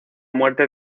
muerte